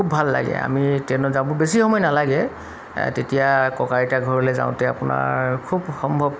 খুব ভাল লাগে আমি ট্ৰেইনত যাব বেছি সময় নালাগে তেতিয়া ককা আইতাৰ ঘৰলৈ যাওঁতে আপোনাৰ খুব সম্ভৱ